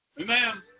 Amen